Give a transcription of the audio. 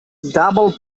double